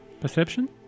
Perception